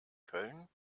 köln